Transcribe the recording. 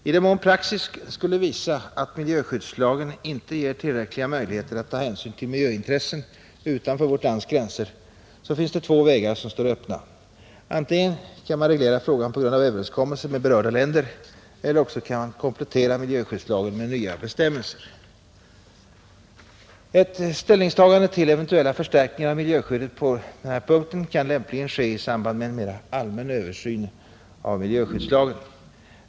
I den mån praxis skulle visa att miljöskyddslagen inte ger tillräckliga möjligheter att ta hänsyn till miljöintressen utanför vårt lands gränser står två vägar öppna: antingen att reglera frågan på grund av överenskommelser med berörda länder eller att komplettera miljöskyddslagen med nya bestämmelser. Ett ställningstagande till eventuella förstärkningar av miljöskyddet på denna punkt kan lämpligen ske i samband med en mera allmän översyn av miljöskyddslagen.